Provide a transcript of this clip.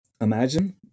imagine